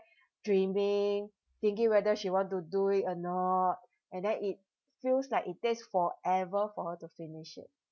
dreaming thinking whether she want to do it or not and then it feels like it takes forever for her to finish it